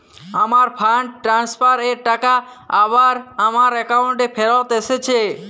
আমার fund transfer এর টাকা আবার আমার একাউন্টে ফেরত এসেছে